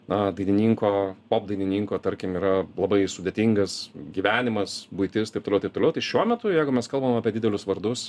na dainininko popdainininko tarkim yra labai sudėtingas gyvenimas buitis taip toliau taip toliau tai šiuo metu jeigu mes kalbam apie didelius vardus